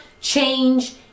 change